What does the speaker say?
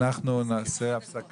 ננעלה בשעה